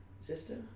Sister